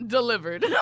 Delivered